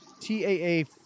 TAA